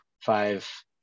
five